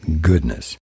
goodness